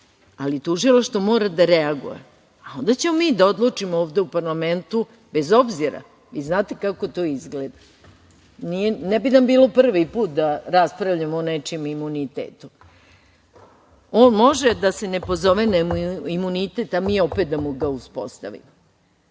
ali tužilaštvo mora da reaguje, a onda ćemo mi da odlučimo ovde u parlamentu, bez obzira i vi znate kako to izgleda. Ne bi nam bilo prvi put da raspravljamo o nečijem imunitetu. On može da se ne pozove na imunitet, a mi opet da mu ga uspostavimo